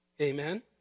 Amen